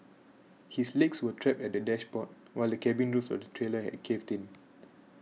his legs were trapped at the dashboard while the cabin roof of the trailer had caved in